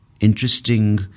interesting